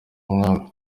umwami